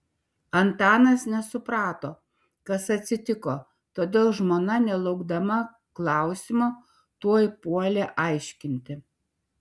antanas nesuprato kas atsitiko todėl žmona nelaukdama klausimo tuoj puolė aiškinti